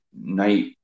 night